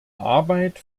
arbeit